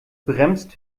bremst